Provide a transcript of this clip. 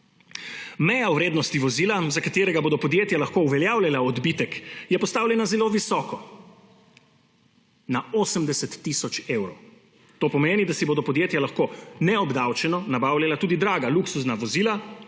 meja vrednosti vozila, za katerega bodo podjetja lahko uveljavljala odbitek, je postavljena zelo visoko, na 80 tisoč evrov. To pomeni, da si bodo podjetja lahko neobdavčeno nabavljala tudi draga luksuzna vozila.